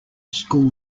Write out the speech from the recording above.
school